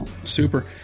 Super